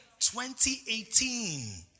2018